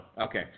Okay